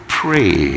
pray